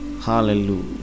hallelujah